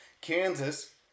Kansas